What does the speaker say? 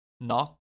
Knock